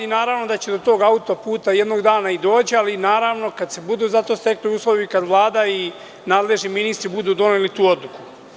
Naravno da će do tog autoputa jednog dana i doći, ali kada se za to budu stekli uslovi, kada Vlada i nadležni ministri budu doneli tu odluku.